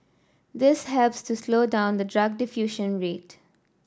this helps to slow down the drug diffusion rate